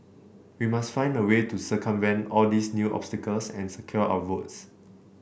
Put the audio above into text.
we must find a way to circumvent all these new obstacles and secure our votes